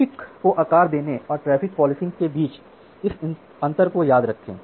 traffic को आकार देने और ट्रैफ़िक पॉलिसिंग के बीच इस अंतर को याद रखें